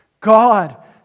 God